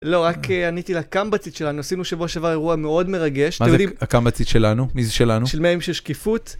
לא, רק עניתי לקמב"צית שלנו, עשינו שבוע שעבר אירוע מאוד מרגש. אתם יודעים... מה זה הקמב"צית שלנו? מי זה שלנו? של מאה ימים של שקיפות.